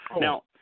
Now